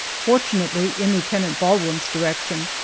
fortunately, in lieutenant baldwin's direction,